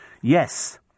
yes